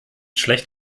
schlecht